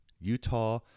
Utah